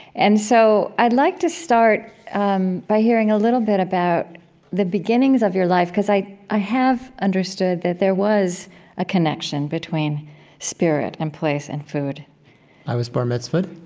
and so i'd like to start um by hearing a little bit about the beginnings of your life because i i have understood that there was a connection between spirit and place and food i was bar mitzvahed?